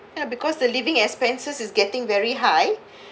ya because the living expenses is getting very high